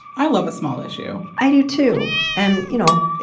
i love a small issue. i do, too. and, you know,